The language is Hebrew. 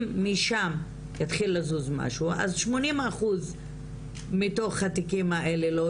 אם משם יתחיל לזוז משהו אז 80 אחוז מתוך התיקים האלה לא